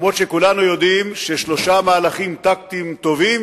גם אם כולנו יודעים ששלושה מהלכים טקטיים טובים